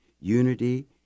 unity